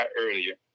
earlier